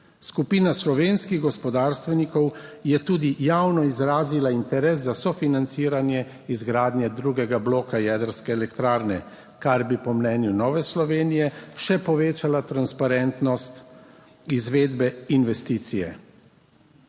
skupina slovenskih gospodarstvenikov je tudi javno izrazila interes za sofinanciranje izgradnje drugega bloka jedrske elektrarne, kar bi po mnenju Nove Slovenije še povečala transparentnost izvedbe investicije.